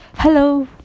hello